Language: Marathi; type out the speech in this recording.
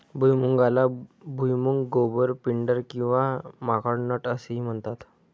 भुईमुगाला भुईमूग, गोबर, पिंडर किंवा माकड नट असेही म्हणतात